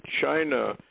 China